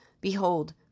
Behold